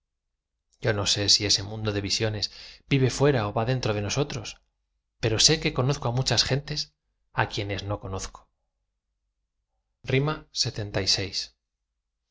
yo no sé si ese mundo de visiones vive fuera ó va dentro de nosotros pero sé que conozco á muchas gentes a quienes no conozco lxxvi en